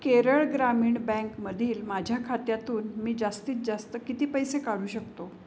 केरळ ग्रामीण बँकमधील माझ्या खात्यातून मी जास्तीत जास्त किती पैसे काढू शकतो